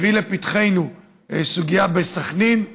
הביא לפתחנו סוגיה בסח'נין,